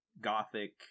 gothic